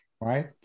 right